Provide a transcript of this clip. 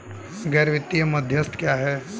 गैर वित्तीय मध्यस्थ क्या हैं?